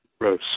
Rose